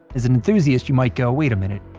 as an enthusiast you might go, wait a minute,